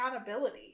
accountability